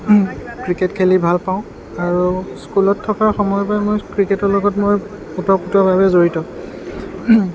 cricket খেলি ভালপাওঁ আৰু স্কুলত থকা সময়ৰ পৰাই মই ক্ৰিকেটৰ লগত মই ওতঃপ্ৰোতভাৱে জড়িত